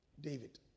David